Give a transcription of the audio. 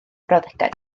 brawddegau